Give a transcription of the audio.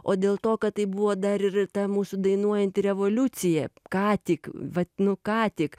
o dėl to kad tai buvo dar ir ta mūsų dainuojanti revoliucija ką tik vat nu ką tik